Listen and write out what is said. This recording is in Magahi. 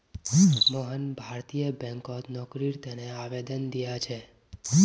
मोहन भारतीय बैंकत नौकरीर तने आवेदन दिया छे